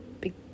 big